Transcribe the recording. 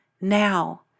now